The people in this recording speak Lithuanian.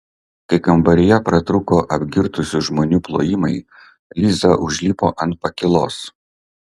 kai kambaryje pratrūko apgirtusių žmonių plojimai liza užlipo ant pakylos